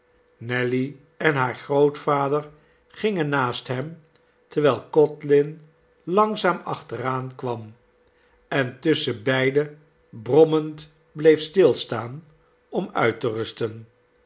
nelly en haar grootvader gingen naast hem terwijl codlin langzaam achteraankwam en tusschenbeide brommend bleef stilstaan om uit te rusten